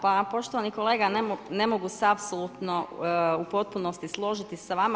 Pa poštovani kolega, ne mogu se apsolutno u potpunosti složiti sa vama.